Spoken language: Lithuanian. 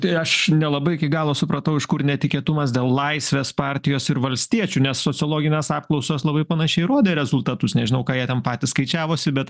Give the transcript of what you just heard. tai aš nelabai iki galo supratau iš kur netikėtumas dėl laisvės partijos ir valstiečių nes sociologinės apklausos labai panašiai rodė rezultatus nežinau ką jie ten patys skaičiavosi bet